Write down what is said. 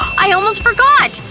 i almost forgot!